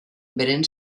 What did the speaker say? beren